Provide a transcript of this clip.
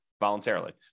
voluntarily